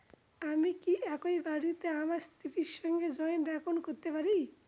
আমি কি একই বইতে আমার স্ত্রীর সঙ্গে জয়েন্ট একাউন্ট করতে পারি?